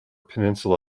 peninsula